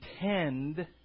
tend